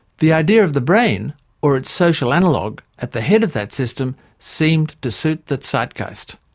the idea of the brain or its social analogue at the head of that system seemed to suit the zeitgeist.